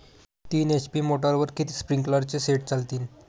तीन एच.पी मोटरवर किती स्प्रिंकलरचे सेट चालतीन?